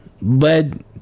Led